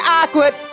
awkward